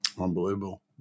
Unbelievable